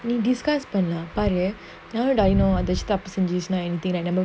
we discussed பண்ணலாம்பாரு:pannalam paru